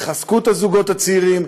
יחזקו את הזוגות הצעירים,